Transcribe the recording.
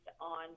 on